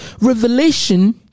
Revelation